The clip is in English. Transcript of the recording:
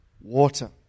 water